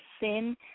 Sin